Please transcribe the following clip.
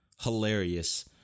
hilarious